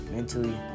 Mentally